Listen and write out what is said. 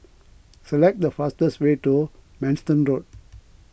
select the fastest way to Manston Road